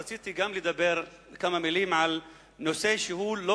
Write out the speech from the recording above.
רציתי לומר כמה מלים על נושא שהוא לא